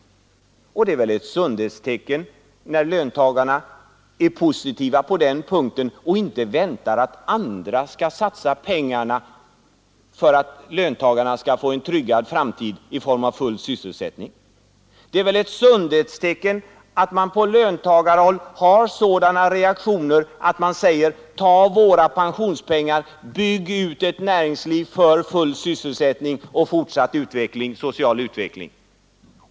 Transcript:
Och det är väl ett sundhetstecken när löntagarna är positiva i det fallet och inte väntar att andra skall satsa pengarna för att löntagarna skall få en tryggad framtid i form av full sysselsättning. Det är ett sundhetstecken att man på löntagarhåll reagerar så att man säger: Tag våra pensionspengar och bygg ut näringslivet för full sysselsättning och fortsatt social utveckling.